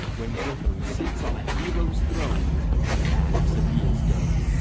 when guthrum sits on a hero's throne and asks if he is dead?